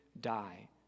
die